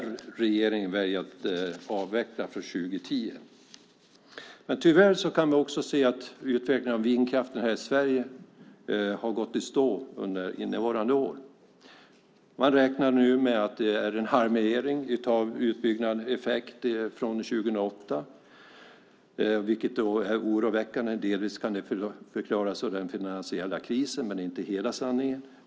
Regeringen väljer dock att avveckla det för 2010. Tyvärr ser vi att vindkraften i Sverige gått i stå under innevarande år. Man räknar nu med att det är en halvering av den utbyggda effekten från 2008, vilket är oroväckande. Delvis kan det förklaras av den finansiella krisen, men det är inte hela sanningen.